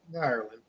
Ireland